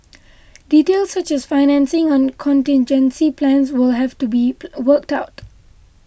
details such as financing and contingency plans will have to be a worked out